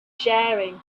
sharing